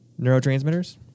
neurotransmitters